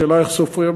השאלה איך סופרים,